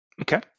okay